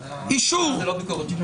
זאת לא ביקורת שיפוטית.